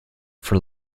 for